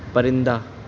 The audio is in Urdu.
پرندہ